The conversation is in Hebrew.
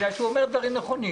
בגלל שהוא אומר דברים נכונים.